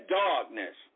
darkness